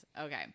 Okay